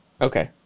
Okay